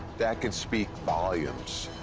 that could speak volumes.